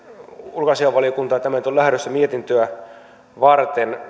ulkoasiainvaliokuntaan tämä nyt on lähdössä mietintöä varten